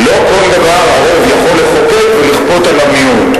לא כל דבר הרוב יכול לחוקק ולכפות על המיעוט.